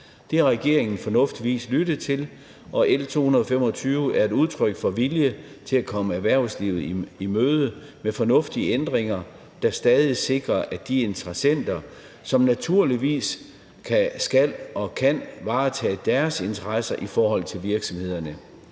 Det har regeringen fornuftigvis lyttet til, og L 225 er et udtryk for vilje til at komme erhvervslivet i møde med fornuftige ændringer, der stadig sikrer de interessenter, som naturligvis skal og kan varetage deres interesser i forhold til virksomhederne.